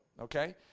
okay